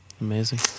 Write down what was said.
Amazing